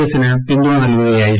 എസിന് പിന്തുണ നൽകുകയായിരുന്നു